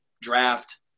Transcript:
draft